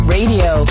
Radio